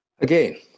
Again